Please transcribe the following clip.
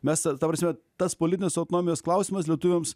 mes ta prasme tas politinės autonomijos klausimas lietuviams